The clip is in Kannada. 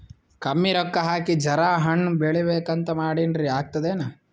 ಕಮ್ಮಿ ರೊಕ್ಕ ಹಾಕಿ ಜರಾ ಹಣ್ ಬೆಳಿಬೇಕಂತ ಮಾಡಿನ್ರಿ, ಆಗ್ತದೇನ?